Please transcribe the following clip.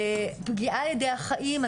פגיעה על ידי אחאים,